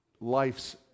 life's